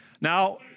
Now